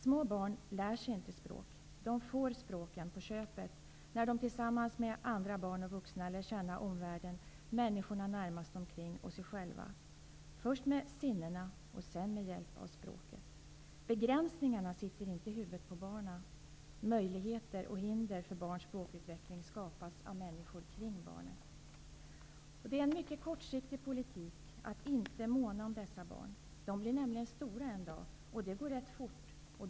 Små barn lär sig inte språk. De får språken på köpet, när de tillsammans med andra barn och vuxna lär känna omvärlden, människorna närmast omkring, och sig själva, först med sinnena, sedan med hjälp av språket. Begränsningarna sitter inte i huvudet på barnen. Möjligheter och hinder för barns språkutveckling skapas av människor kring barnet. Det är en mycket kortsiktig politik att inte måna om dessa barn. De blir nämligen stora en dag, och det går rätt fort.